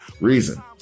reason